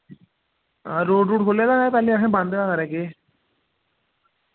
हां रोड रुड़ खुल्ले दा जां पैह्ले अहें बंद हा खबरै केह्